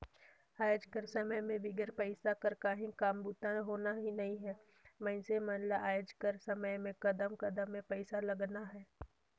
आएज कर समे में बिगर पइसा कर काहीं काम बूता होना नी हे मइनसे मन ल आएज कर समे में कदम कदम में पइसा लगना हे